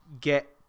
get